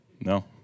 No